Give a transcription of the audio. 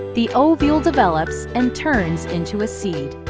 the ovule develops and turns into a seed.